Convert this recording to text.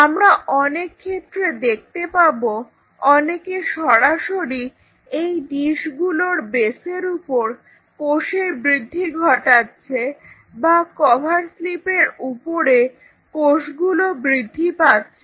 আমরা অনেক ক্ষেত্রে দেখতে পাবো অনেকে সরাসরি এই ডিসগুলোর বেসের উপর কোষের বৃদ্ধি ঘটাচ্ছে বা কভার স্লিপ এর উপরে কোষগুলো বৃদ্ধি পাচ্ছে